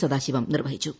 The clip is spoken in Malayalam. സദാശിവം നിർവ്വഹിച്ചു